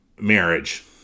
marriage